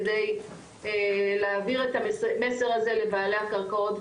כדי להעביר את המסר הזה לבעלי הקרקעות,